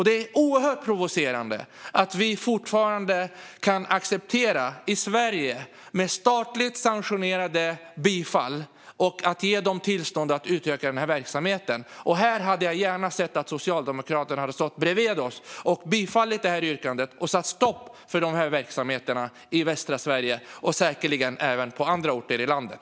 Det är oerhört provocerande att vi i Sverige fortfarande kan acceptera detta och med statligt sanktionerade bifall ge dem tillstånd att utöka verksamheten. Här hade jag gärna sett att Socialdemokraterna hade stått bredvid oss, bifallit vårt yrkande och satt stopp för dessa verksamheter i västra Sverige och säkerligen även på andra orter i landet.